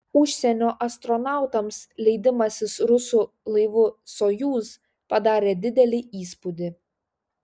užsienio astronautams leidimasis rusų laivu sojuz padarė didelį įspūdį